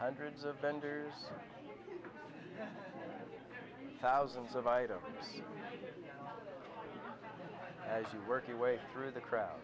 hundreds of vendors thousands of items as you work your way through the